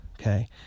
okay